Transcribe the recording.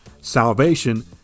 salvation